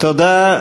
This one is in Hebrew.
תודה.